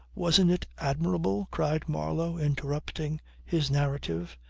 wasn't it admirable, cried marlow interrupting his narrative.